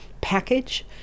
package